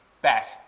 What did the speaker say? back